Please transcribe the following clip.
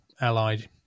allied